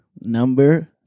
number